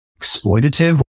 exploitative